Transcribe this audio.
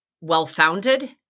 well-founded